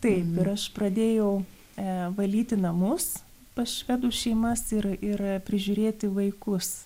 taip ir aš pradėjau valyti namus pas švedų šeimas ir ir prižiūrėti vaikus